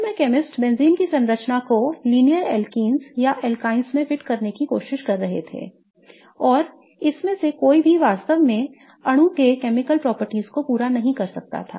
शुरू में chemist benzene की संरचना को रेखीय एल्कीन या alkynes में फिट करने की कोशिश कर रहे थे और इनमें से कोई भी वास्तव में अणु के रासायनिक गुणों को पूरा नहीं कर सकता था